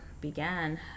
began